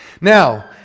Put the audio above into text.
Now